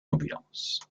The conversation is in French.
ambulance